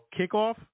kickoff